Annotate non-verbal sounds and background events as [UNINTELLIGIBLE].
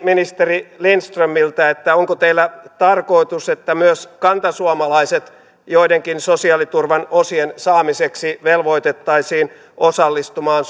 ministeri lindströmiltä onko teillä tarkoitus että myös kantasuomalaiset joidenkin sosiaaliturvan osien saamiseksi velvoitettaisiin osallistumaan [UNINTELLIGIBLE]